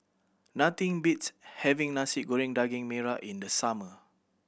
nothing beats having Nasi Goreng Daging Merah in the summer